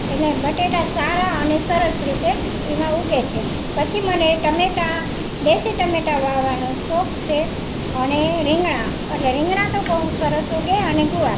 એટલે બટાકા સારાં અને સરસ રીતે એમાં ઉગે છે પછી મને ટામેટાં દેશી ટામેટાં વાવવાનો શોખ છે અને રીંગણા એટલે રીંગણા તો બહું સરસ ઉગે અને ગુવાર